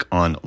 on